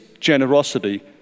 generosity